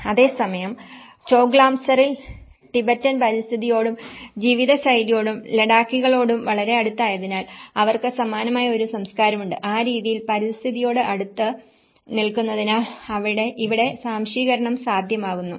അതേസമയം ചോഗ്ലാംസാറിൽ ടിബറ്റൻ പരിസ്ഥിതിയോടും ജീവിതശൈലിയോടും ലഡാക്കികളോടും വളരെ അടുത്തായതിനാൽ അവർക്ക് സമാനമായ ഒരു സംസ്കാരമുണ്ട് ആ രീതിയിൽ പരിസ്ഥിതിയോട് അടുത്ത് നിൽക്കുന്നതിനാൽ ഇവിടെ സ്വാംശീകരണം സാധ്യമായിരുന്നു